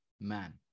man